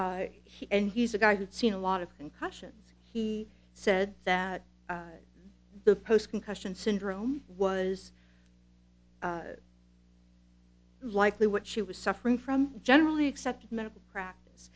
he and he's a guy who'd seen a lot of concussions he said that the post concussion syndrome was likely what she was suffering from generally accepted medical practice